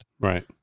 Right